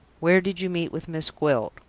where did you meet with miss gwilt?